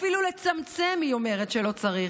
אפילו לצמצם היא אומרת שלא צריך.